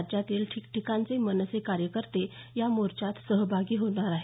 राज्यातील ठिकठिकाणचे मनसे कार्यकर्ते या मोर्चात सहभागी आहेत